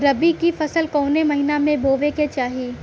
रबी की फसल कौने महिना में बोवे के चाही?